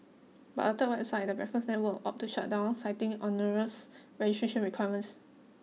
but a third website the Breakfast Network opted to shut down citing onerous registration requirements